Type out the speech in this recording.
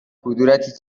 کدورتی